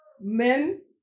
men